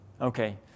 Okay